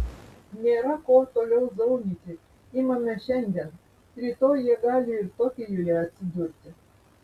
nėra ko toliau zaunyti imame šiandien rytoj jie gali ir tokijuje atsidurti